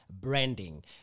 branding